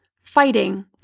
fighting